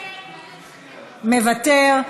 מוותר.